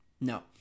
no